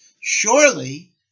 surely